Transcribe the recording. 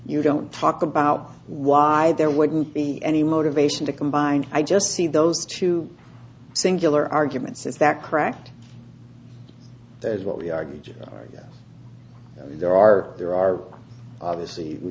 you don't talk about why there wouldn't be any motivation to combine i just see those two singular arguments is that correct that is what we argued yes there are there are obviously we